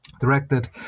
directed